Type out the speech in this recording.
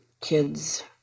kids